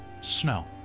snow